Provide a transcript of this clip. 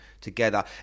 together